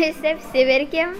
visi apsiverkėm